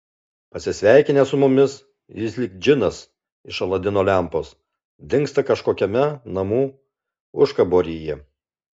pasisveikinęs su mumis jis lyg džinas iš aladino lempos dingsta kažkokiame namų užkaboryje